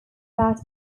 that